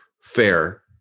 fair